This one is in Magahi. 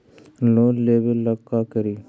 लोन लेबे ला का करि?